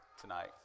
tonight